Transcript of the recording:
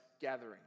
gathering